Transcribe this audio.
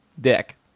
dick